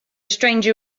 stranger